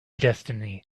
destiny